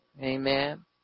Amen